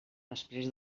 després